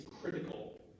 critical